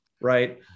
right